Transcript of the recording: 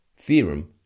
theorem